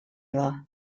war